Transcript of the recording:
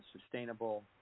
sustainable